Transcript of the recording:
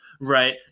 right